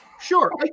sure